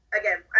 again